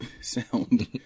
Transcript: sound